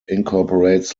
incorporates